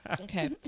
Okay